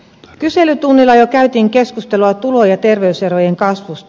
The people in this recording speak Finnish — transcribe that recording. kyselytunnilla jo käytiin keskustelua tulo ja terveyserojen kasvusta